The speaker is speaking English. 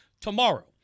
tomorrow